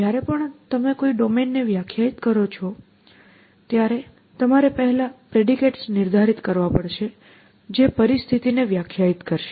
જ્યારે પણ તમે કોઈ ડોમેનને વ્યાખ્યાયિત કરો છો ત્યારે તમારે પહેલા પ્રેડિકેટ્સ નિર્ધારિત કરવા પડશે જે પરિસ્થિતિને વ્યાખ્યાયિત કરશે